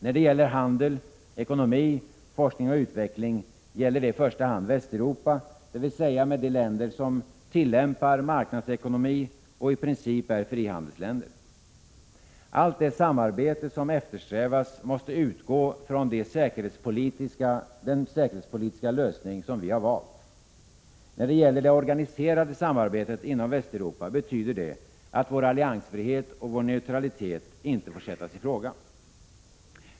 När det gäller handel, ekonomi, forskning och utveckling är det i första hand Västeuropa, dvs. de länder som tillämpar marknadsekonomi och i princip är frihandelsländer. Allt det samarbete som eftersträvas måste utgå från den säkerhetspolitiska lösning som vi har valt. När det gäller det organiserade samarbetet inom Västeuropa betyder det att vår alliansfrihet och vår neutralitet inte får sättas i fråga.